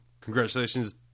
Congratulations